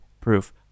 proof